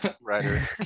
writer